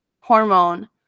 hormone